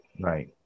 Right